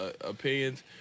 opinions